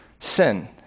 sin